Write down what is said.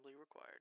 required